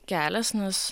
kelias nes